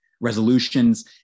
resolutions